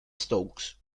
stokes